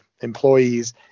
employees